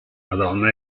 madonna